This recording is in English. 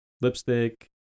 lipstick